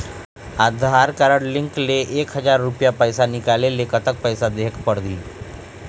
आधार card link ले एक हजार रुपया पैसा निकाले ले कतक पैसा देहेक पड़ही?